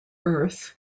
earth